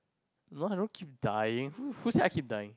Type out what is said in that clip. no I don't keep dying who who said I keep dying